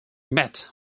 met